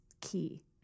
key